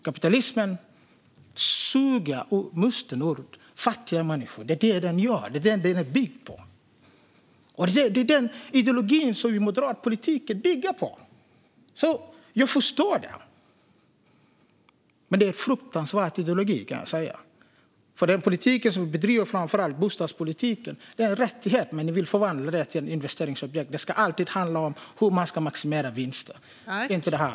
Kapitalismen suger musten ur fattiga människor; det är detta den är byggd på. Och det är denna ideologi som moderat politik bygger på, så jag förstår det. Men det är en fruktansvärd ideologi. Den politik som bedrivs, framför allt bostadspolitiken, handlar om rättigheter, men ni vill förvandla den till att handla om investeringsobjekt. Det ska alltid handla om hur man maximerar vinster.